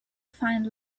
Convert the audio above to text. find